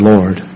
Lord